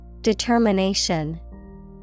Determination